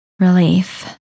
relief